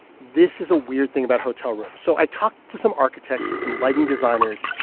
this is a weird thing about hotel rooms. so i talked to some architects and some lighting designers,